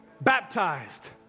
baptized